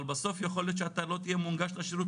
אבל בסוף יכול להיות שאתה לא תהיה מונגש לשירות,